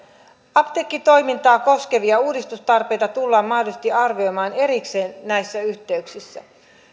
apteekkitoimintaa koskevia uudistustarpeita tullaan mahdollisesti arvioimaan erikseen näissä yhteyksissä